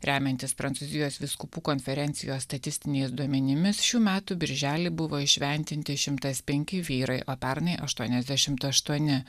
remiantis prancūzijos vyskupų konferencijos statistiniais duomenimis šių metų birželį buvo įšventinti šimtas penki vyrai o pernai aštuoniasdešim aštuoni